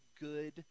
good